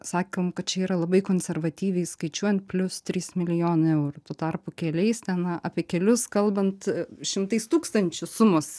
sakėm kad čia yra labai konservatyviai skaičiuojant plius trys milijonai eurų tuo tarpu keliais ten apie kelius kalbant šimtais tūkstančių sumos